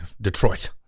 Detroit